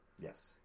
Yes